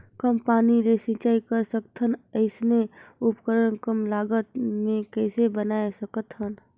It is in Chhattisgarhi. कम पानी ले सिंचाई कर सकथन अइसने उपकरण कम लागत मे कइसे बनाय सकत हन?